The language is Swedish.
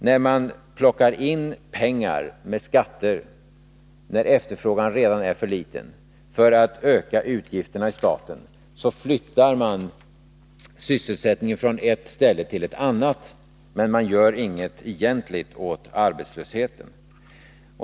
När man, när efterfrågan redan är för liten, plockar in pengar med skatter för att öka utgifterna i staten, flyttar man sysselsättning från ett ställe till ett annat, men man gör inget egentligt åt arbetslösheten.